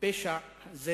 פשע זה